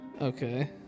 Okay